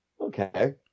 okay